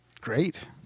Great